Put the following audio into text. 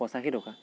পঁচাশী টকা